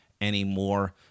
anymore